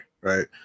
right